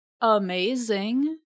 amazing